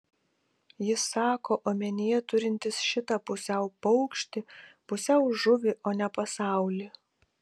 jis sako omenyje turintis šitą pusiau paukštį pusiau žuvį o ne pasaulį